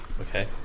Okay